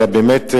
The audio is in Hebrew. אלא באמת,